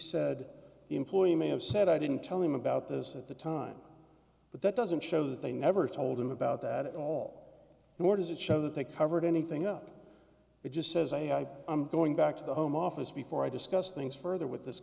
said the employee may have said i didn't tell him about this at the time but that doesn't show that they never told him about that at all nor does it show that they covered anything up but just says i i'm going back to the home office before i discuss things further with this